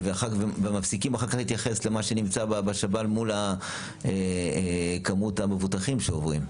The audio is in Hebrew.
ומפסיקים אחר כך להתייחס למה שנמצא בשב"ן מול כמות המבוטחים שעוברים?